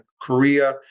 Korea